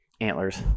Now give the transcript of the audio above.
Antlers